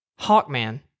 Hawkman